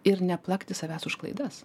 ir neplakti savęs už klaidas